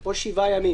או שבעה ימים,